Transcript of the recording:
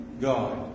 God